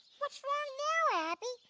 what's wrong now abby?